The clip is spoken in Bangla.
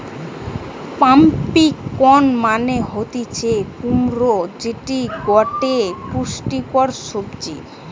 পাম্পিকন মানে হতিছে কুমড়ো যেটি গটে পুষ্টিকর সবজি